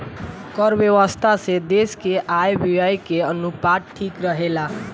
कर व्यवस्था से देस के आय व्यय के अनुपात ठीक रहेला